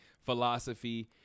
philosophy